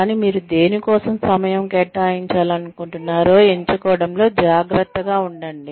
కానీ మీరు దేని కోసం సమయం కేటాయించాలనుకుంటున్నారో ఎంచుకోవడంలో జాగ్రత్తగా ఉండండి